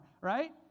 right